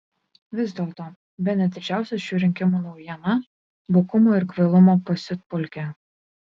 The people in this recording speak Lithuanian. vis dėlto bene didžiausia šių rinkimų naujiena bukumo ir kvailumo pasiutpolkė